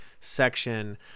section